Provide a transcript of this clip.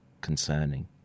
concerning